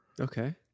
Okay